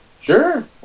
Sure